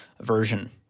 version